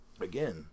again